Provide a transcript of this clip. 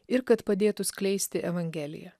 ir kad padėtų skleisti evangeliją